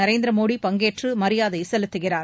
நரேந்திர மோதி பங்கேற்று மரியாதை செலுத்துகிறார்